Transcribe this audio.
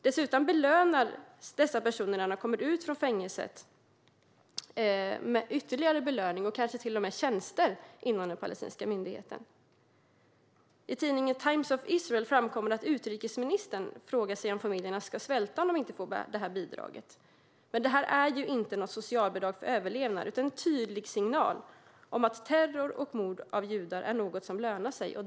Dessutom belönas dessa personer ytterligare när de kommer ut från fängelset och kanske till och med får tjänster inom den palestinska myndigheten. I tidningen Times of Israel framkommer att utrikesministern frågar sig om familjerna ska svälta om de inte får det här bidraget. Men det är ju inget socialbidrag för överlevnad utan en tydlig signal om att terror och mord på judar är något som lönar sig.